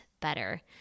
better